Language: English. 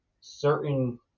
certain